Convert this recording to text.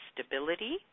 stability